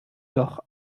doch